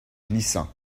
glissant